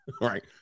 Right